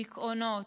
דיכאונות,